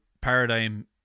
paradigm